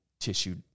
tissue